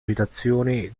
citazioni